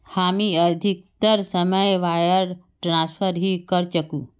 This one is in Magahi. हामी अधिकतर समय वायर ट्रांसफरत ही करचकु